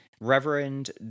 Reverend